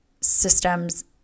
systems